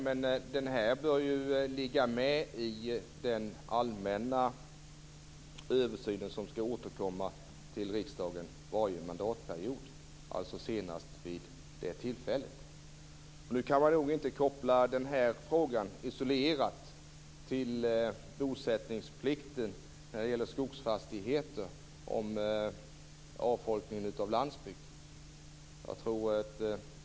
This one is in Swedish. Men den bör ju finnas med i den allmänna översyn som skall återkomma till riksdagen varje mandatperiod. Nu kan man nog inte koppla den här frågan isolerat till bosättningsplikten beträffande skogsfastigheter med avfolkningen från landsbygden.